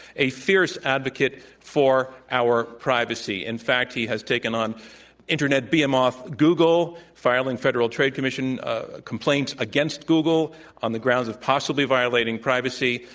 a fierce advocate for our privacy. in fact, he has taken on internet behemoth google, filing federal trade commission complaints against google on the grounds of possibly violating privacy.